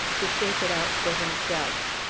to shape it out for himself.